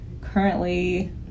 currently